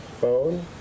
phone